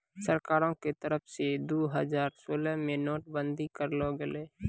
सरकारो के तरफो से दु हजार सोलह मे नोट बंदी करलो गेलै